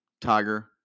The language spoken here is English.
Tiger